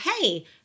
hey